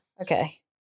Okay